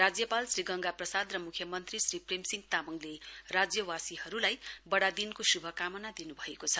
राज्यपाल श्री गङ्गा प्रसाद र मुख्यमन्त्री श्री प्रेम सिंह तामाङले राज्यवासीहरूलाई बढादिनको शुभकामना दिनभएको छ